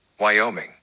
Wyoming